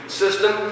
system